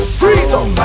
freedom